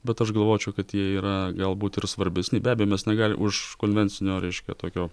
bet aš galvočiau kad jie yra galbūt ir svarbesni be abejo mes negali už konvencinio reiškia tokio